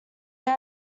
they